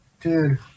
Dude